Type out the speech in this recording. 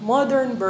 Modern